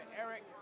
Eric